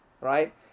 right